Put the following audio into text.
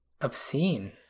obscene